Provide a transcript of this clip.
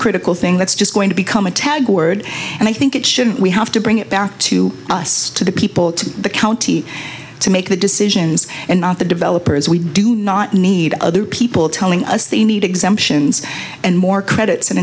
critical thing that's just going to become a tag word and i think it should we have to bring it back to us to the people to the county to make the decisions and not the developers we do not need other people telling us they need exemptions and more credits and